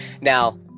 Now